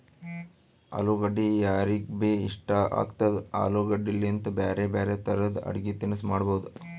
ಅಲುಗಡ್ಡಿ ಯಾರಿಗ್ಬಿ ಇಷ್ಟ ಆಗ್ತದ, ಆಲೂಗಡ್ಡಿಲಿಂತ್ ಬ್ಯಾರೆ ಬ್ಯಾರೆ ತರದ್ ಅಡಗಿ ತಿನಸ್ ಮಾಡಬಹುದ್